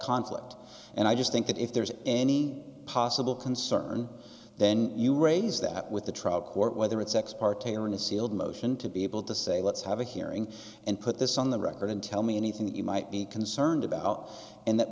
conflict and i just think that if there's any possible concern then you raise that with the trial court whether it's ex parte or in a sealed motion to be able to say let's have a hearing and put this on the record and tell me anything that you might be concerned about and that